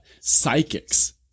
psychics